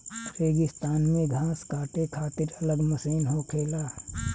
रेगिस्तान मे घास काटे खातिर अलग मशीन होखेला